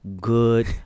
good